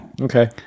Okay